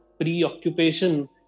preoccupation